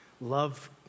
love